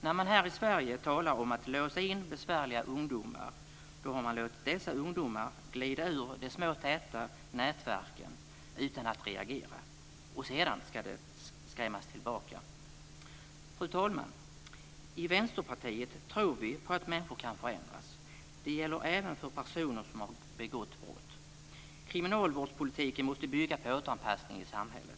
När man här i Sverige talar om att låsa in besvärliga ungdomar har man låtit dessa ungdomar glida ur de små täta nätverken utan att reagera - och sedan ska de skrämmas tillbaka. Fru talman! I Vänsterpartiet tror vi på att människor kan förändras - det gäller även för personer som har begått brott. Kriminalvårdspolitiken måste bygga på återanpassning i samhället.